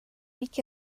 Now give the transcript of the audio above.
бик